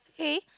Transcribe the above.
okay